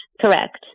Correct